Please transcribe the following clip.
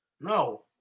No